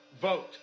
Vote